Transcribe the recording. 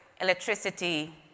electricity